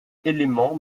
élément